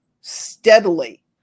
steadily